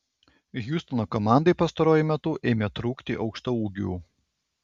hjustono komandai pastaruoju metu ėmė trūkti aukštaūgių